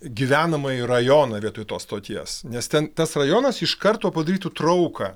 gyvenamąjį rajoną vietoj tos stoties nes ten tas rajonas iš karto padarytų trauką